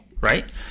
Right